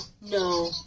no